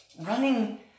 running